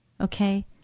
Okay